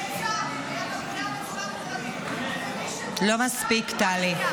נעצר --- לא מספיק, טלי.